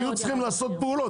היו צריכים לעשות פעולות,